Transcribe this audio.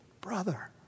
brother